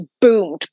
boomed